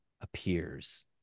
appears